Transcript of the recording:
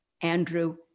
Andrew